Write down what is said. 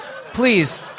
please